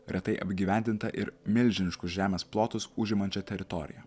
retai apgyvendinta ir milžiniškus žemės plotus užimančia teritorija